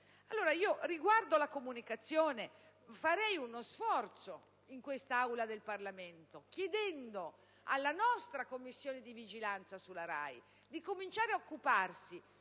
Allora, riguardo alla comunicazione farei uno sforzo in quest'Aula del Parlamento, chiedendo alla nostra Commissione di vigilanza sulla RAI di cominciare ad occuparsi